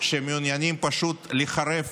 שמעוניינים פשוט לחרב